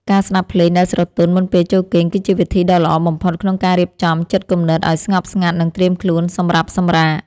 ការស្ដាប់ភ្លេងដែលស្រទន់មុនពេលចូលគេងគឺជាវិធីដ៏ល្អបំផុតក្នុងការរៀបចំចិត្តគំនិតឱ្យស្ងប់ស្ងាត់និងត្រៀមខ្លួនសម្រាប់សម្រាក។